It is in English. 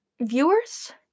viewers